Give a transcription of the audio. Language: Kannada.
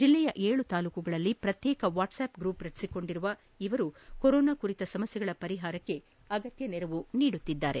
ಜಿಲ್ಲೆಯ ಏಳು ತಾಲೂಕುಗಳಲ್ಲಿ ಪ್ರತ್ಯೇಕ ವಾಟ್ಸ್ಅಪ್ ಗ್ರೂಪ್ ರಚಿಸಿಕೊಂಡಿರುವ ಇವರು ಕೊರೊನಾ ಕುರಿತ ಸಮಸ್ನೆಗಳ ಪರಿಪಾರಕ್ಕೆ ಅಗತ್ಯ ನೆರವು ನೀಡುತ್ತಿದ್ದಾರೆ